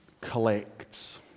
collects